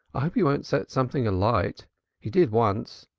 i hope he won't set something alight he did once.